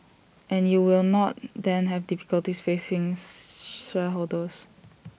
and you will not then have difficulties facing shareholders